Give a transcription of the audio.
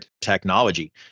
technology